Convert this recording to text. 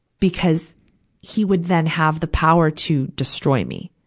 because he would then have the power to destroy me.